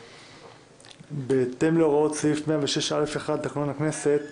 בהתאם להוראות סעיף 106(א)1 לתקנון הכנסת,